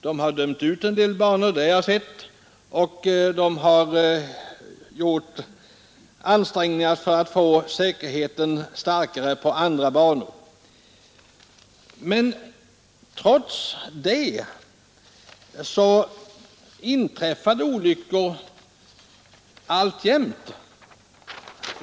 Den har dömt ut en del banor — det har jag sett — och den har gjort ansträngningar för att få bättre säkerhet på andra banor. Men trots det inträffar det alltjämt olyckor.